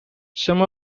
some